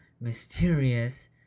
mysterious